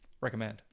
recommend